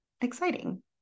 exciting